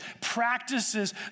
practices